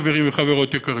חברים וחברות יקרים?